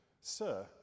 Sir